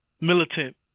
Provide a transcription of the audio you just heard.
militant